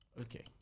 Okay